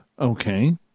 Okay